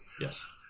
Yes